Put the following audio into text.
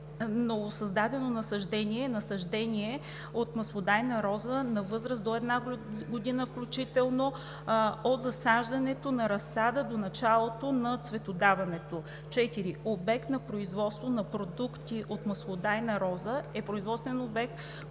насаждение“ е насаждение от маслодайна роза на възраст до една година включително (от засаждането на разсада до началото на цветодаването). 4. „Обект за производство на продукти от маслодайна роза“ е производствен обект,